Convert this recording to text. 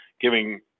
giving